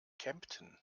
kempten